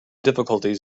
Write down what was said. difficulties